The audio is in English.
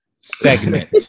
segment